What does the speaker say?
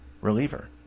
reliever